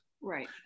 right